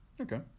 Okay